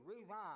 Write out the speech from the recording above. revive